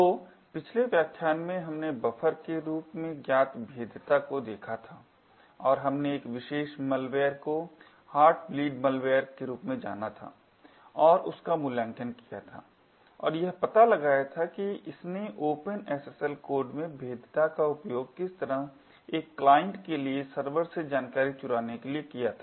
तो पिछले व्याख्यान में हमने बफ़र के रूप में ज्ञात भेद्यता को देखा था और हमने एक विशेष मैलवेयर को हार्टब्लड मैलवेयर के रूप में जाना था और उसका मूल्यांकन किया था और यह पता लगाया था कि इसने ओपन एसएसएल कोड में भेद्यता का उपयोग किस तरह एक क्लाइंट के लिए सर्वर से जानकारी चुराने के लिए किया था